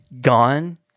gone